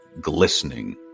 glistening